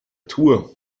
tour